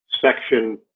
section